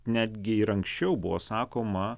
netgi ir anksčiau buvo sakoma